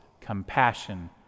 compassion